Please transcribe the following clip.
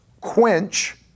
quench